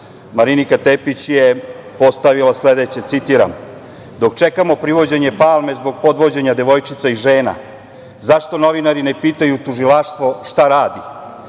Marinika Tepić je postavila sledeće, citiram: „Dok čekamo privođenje Palme zbog podvođenja devojčica i žena, zašto novinari ne pitaju tužilaštvo šta radi,